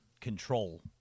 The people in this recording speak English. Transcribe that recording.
control